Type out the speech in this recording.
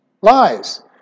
lies